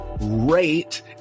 rate